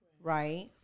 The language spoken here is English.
right